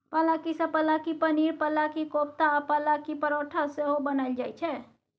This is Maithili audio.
पलांकी सँ पलांकी पनीर, पलांकी कोपता आ पलांकी परौठा सेहो बनाएल जाइ छै